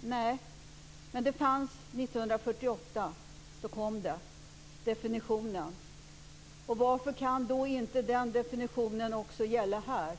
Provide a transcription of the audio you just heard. Nej, men det fanns 1948, då definitionen kom. Varför kan då inte den definitionen också gälla här